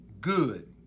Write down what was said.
Good